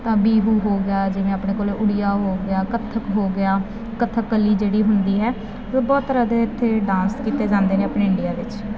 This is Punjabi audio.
ਤਾਂ ਬੀਬੂ ਹੋ ਗਿਆ ਜਿਵੇਂ ਆਪਣੇ ਕੋਲ ਉੜੀਆ ਹੋ ਗਿਆ ਕੱਥਕ ਹੋ ਗਿਆ ਕੱਥਕ ਕਲੀ ਜਿਹੜੀ ਹੁੰਦੀ ਹੈ ਬਹੁਤ ਤਰ੍ਹਾਂ ਦੇ ਇੱਥੇ ਡਾਂਸ ਕੀਤੇ ਜਾਂਦੇ ਨੇ ਆਪਣੇ ਇੰਡੀਆ ਵਿੱਚ